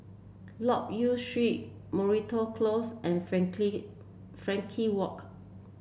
Loke Yew Street Moreton Close and Frankel Walk